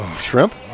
Shrimp